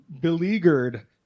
beleaguered